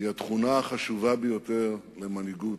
התכונה החשובה ביותר למנהיגות.